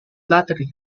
flattery